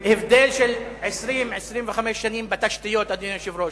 הבדל של 20 25 שנה בתשתיות, אדוני היושב-ראש.